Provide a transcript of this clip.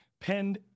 penned